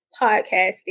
podcasting